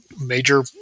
major